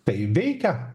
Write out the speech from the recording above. tai veikia